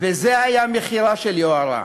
וזה היה מחירה של יוהרה.